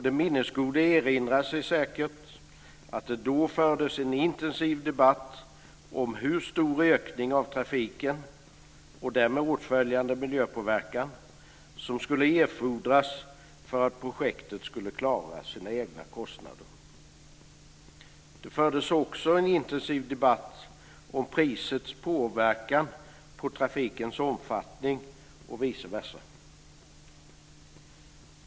Den minnesgode erinrar sig säkert att det då fördes en intensiv debatt om hur stor ökning av trafiken och därmed åtföljande miljöpåverkan som skulle erfordras för att projektet skulle klara sina egna kostnader. Det fördes också en intensiv debatt om prisets påverkan på trafikens omfattning och vice versa.